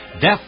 Death